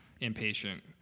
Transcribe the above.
impatient